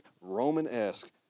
Roman-esque